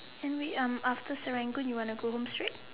anyway um after Serangoon you want to go home straight